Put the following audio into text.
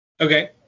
okay